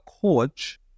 coach